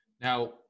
Now